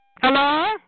Hello